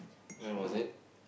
when was it